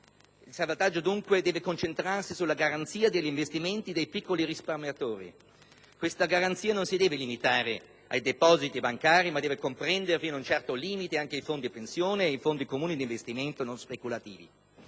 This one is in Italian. Il salvataggio, dunque, deve concentrarsi sulla garanzia degli investimenti dei piccoli risparmiatori. Questa garanzia non si deve limitare ai depositi bancari, ma deve comprendere - fino ad un certo limite - anche i fondi pensione e i fondi comuni d'investimento non speculativi.